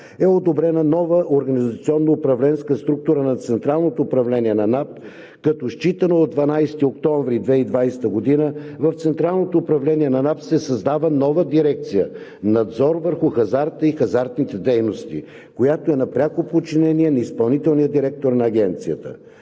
структура на Централно управление на НАП, като считано от 12 октомври 2020 г. в Централното управление на НАП се създава нова дирекция „Надзор върху хазарта и хазартните дейности“, която е на пряко подчинение на изпълнителния директор на Агенцията.